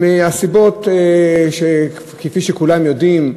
הסיבות, כפי שכולם יודעים,